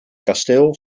kasteel